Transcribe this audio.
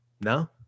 No